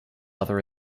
other